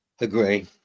Agree